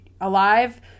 alive